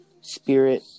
spirit